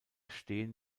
stehen